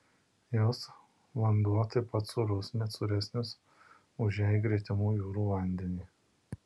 jos vanduo taip pat sūrus net sūresnis už jai gretimų jūrų vandenį